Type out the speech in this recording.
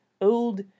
old